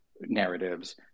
narratives